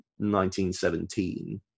1917